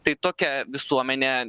tai tokia visuomenė